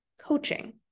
Coaching